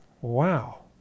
Wow